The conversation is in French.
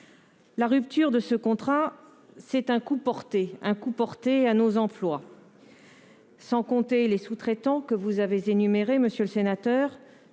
La rupture de ce contrat, c'est un coup porté à nos emplois. Sans compter les sous-traitants que vous avez évoqués, 650 personnes